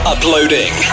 Uploading